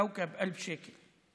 כאוכב, 1,000 שקל,